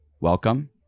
Welcome